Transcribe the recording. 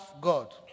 God